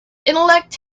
intellect